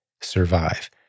survive